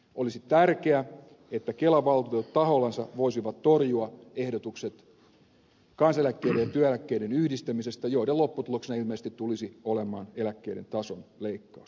olisi tärkeää että kelan valtuutetut tahollansa voisivat torjua ehdotukset kansaneläkkeiden ja työeläkkeiden yhdistämisestä joiden lopputuloksena ilmeisesti tulisi olemaan eläkkeiden tason leikkaus